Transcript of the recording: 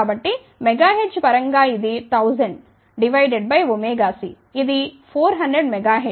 కాబట్టి MHz పరంగా ఇది 1000 డివైడ్ బై c ఇది 400 MHz